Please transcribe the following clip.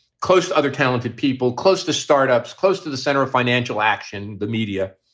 close to other talented people, close to startups, close to the center of financial action, the media.